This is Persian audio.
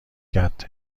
کرد